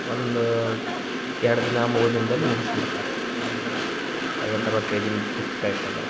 ಒಂದು ಎರಡು ದಿನ ಮೂರು ದಿನದಲ್ಲಿ ಮುಗುಸ್ಬಿಡ್ತೀನಿ ಒಂದೀಗ ಐವತ್ತು ಅರವತ್ತು ಪೇಜಿನ ಪುಸ್ತಕ ಇತ್ತಂದ್ರೆ